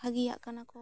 ᱵᱷᱟᱹᱜᱤᱭᱟᱜ ᱠᱟᱱᱟ ᱠᱚ